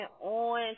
on